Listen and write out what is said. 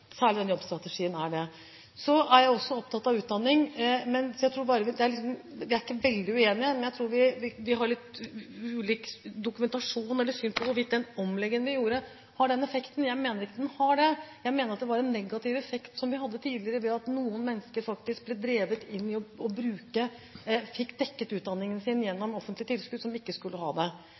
Jeg også opptatt av utdanning. Vi er ikke veldig uenige, men jeg tror vi har litt ulik dokumentasjon eller syn på hvorvidt den omleggingen vi gjorde, har den effekten. Jeg mener den ikke har det. Jeg mener det var en negativ effekt vi hadde tidligere, ved at noen mennesker – som ikke skulle fått det – faktisk fikk dekket utdanningen sin gjennom offentlige tilskudd. Så gjorde vi det på den måten for å hindre den omgåelsen. Så må vi selvfølgelig sørge for at utdanning fortsatt er et alternativ for dem som reelt sett skal få det.